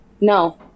No